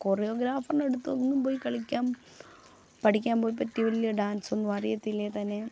കൊറിയോഗ്രാഫറിൻ്റടുത്തൊന്നും പോയി കളിക്കാൻ പഠിക്കാൻ പോയി പറ്റിയ വലിയ ഡാൻസൊന്നുമറിയത്തില്ലേ തന്നെയും